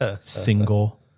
single